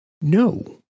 no